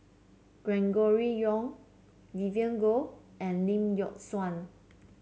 Gregory Yong Vivien Goh and Lee Yock Suan